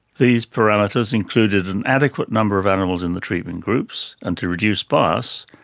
these parameters included an adequate number of animals in the treatment groups and to reduce bias,